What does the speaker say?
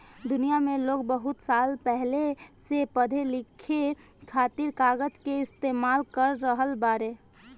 दुनिया में लोग बहुत साल पहिले से पढ़े लिखे खातिर कागज के इस्तेमाल कर रहल बाड़े